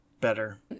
better